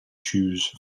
choose